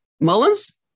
Mullins